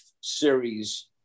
series